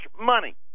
money